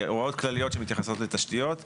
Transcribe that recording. הוראות כלליות שמתייחסות לתשתיות כלשהן,